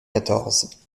quatorze